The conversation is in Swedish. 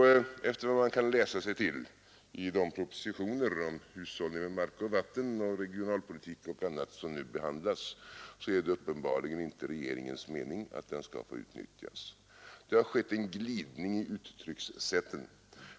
Efter vad man kan läsa sig till i de propositioner om hushållning med mark och vatten, regionalpolitik och annat, som nu behandlas, så är det uppenbarligen inte regeringens mening att den skall få utnyttjas. Det har skett en glidning i uttryckssättet.